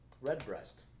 Redbreast